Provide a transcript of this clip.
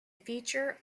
feature